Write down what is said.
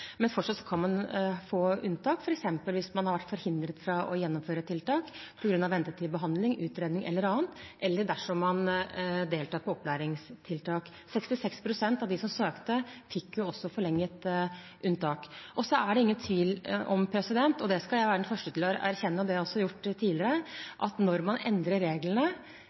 Men fortsatt kan man få unntak, f.eks. hvis man har vært forhindret fra å gjennomføre tiltak på grunn av ventetid i behandling, utredning eller annet, eller dersom man deltar på opplæringstiltak. 66 pst. av dem som søkte, fikk jo forlenget unntak. Det er ingen tvil om – og det skal jeg være den første til å erkjenne, det har jeg også gjort tidligere – at når man endrer reglene,